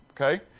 Okay